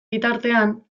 bitartean